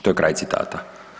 To je kraj citata.